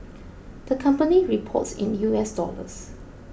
the company reports in U S dollars